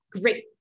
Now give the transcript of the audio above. great